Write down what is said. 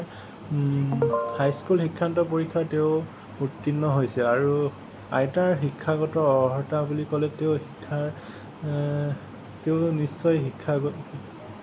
high school শিক্ষান্ত পৰীক্ষা তেওঁ উত্তীৰ্ণ হৈছে আৰু আইতাৰ শিক্ষাগত অৰ্হতা বুলি ক'লে তেওঁ শিক্ষা তেওঁৰ নিশ্চয় শিক্ষাগ